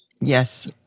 yes